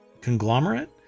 conglomerate